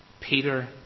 Peter